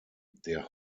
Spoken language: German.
der